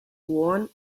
worn